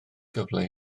gyfle